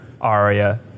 Arya